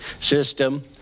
system